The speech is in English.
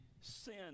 sin